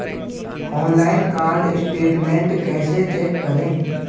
Online card statement कैसे check करें?